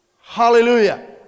Hallelujah